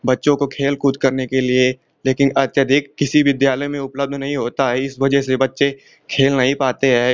बच्चों को खेल कूद करने के लिए लेकिन अत्यधिक किसी विद्यालय में उपलब्ध नहीं होता है इस वजह से बच्चे खेल नहीं पाते है